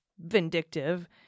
vindictive